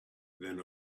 than